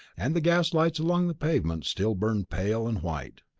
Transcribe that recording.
and the gas lights along the pavement still burned pale and white.